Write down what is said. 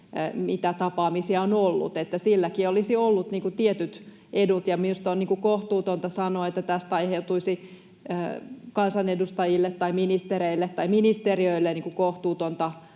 mitä tapaamisia on ollut. Silläkin olisi ollut tietyt edut. Minusta on kohtuutonta sanoa, että tästä aiheutuisi kansanedustajille tai ministereille tai